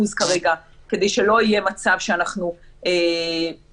כרגע כדי שלא יהיה מצב שאנחנו שוב,